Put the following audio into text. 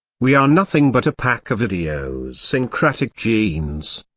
we are nothing but a pack of idiosyncratic genes.